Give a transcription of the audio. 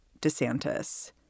DeSantis